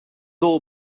all